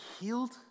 healed